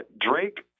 Drake